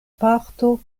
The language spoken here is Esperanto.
parto